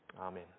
Amen